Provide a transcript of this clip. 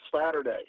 Saturday